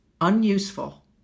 unuseful